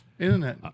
Internet